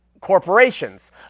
corporations